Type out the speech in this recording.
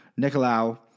Nicolau